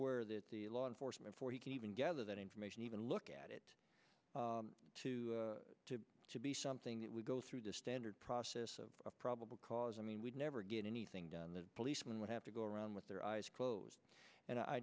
aware that the law enforcement for you can even gather that information even look at it to to be something that would go through the standard process of probable cause i mean we'd never get anything done the policeman would have to go around with their eyes closed and i